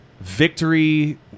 Victory